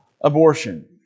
abortion